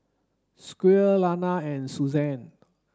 Squire Lana and Suzanne